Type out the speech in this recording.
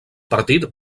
partit